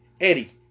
Eddie